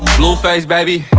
blueface, baby